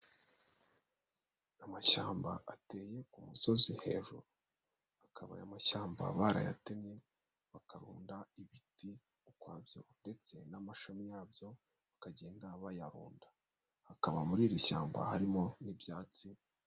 Amashyamba ateye ku musozi hejuru, akaba amashyamba barayatemye bakarunda ibiti ukwabyo ndetse n'amashami yabyo bakagenda bayarunda, hakaba muri iri shyamba harimo n'ibyatsi.